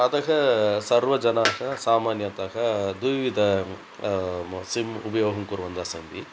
अतः सर्वजनाः सामान्यतः द्विविधं म सिम् उपयोगं कुर्वन्तस्सन्ति